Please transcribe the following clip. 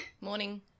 morning